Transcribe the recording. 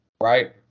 right